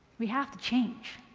we have to change,